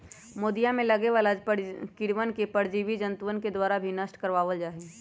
मोदीया में लगे वाला कीड़वन के परजीवी जंतुअन के द्वारा भी नष्ट करवा वल जाहई